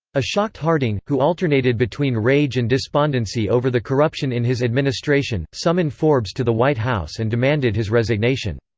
a shocked harding, who alternated between rage and despondency over the corruption in his administration, summoned forbes to the white house and demanded his resignation.